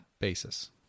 basis